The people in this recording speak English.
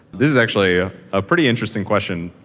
this is actually a pretty interesting question.